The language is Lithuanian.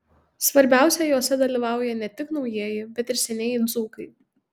svarbiausia juose dalyvauja ne tik naujieji bet ir senieji dzūkai